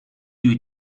you